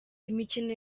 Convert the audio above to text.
imikino